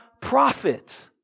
prophet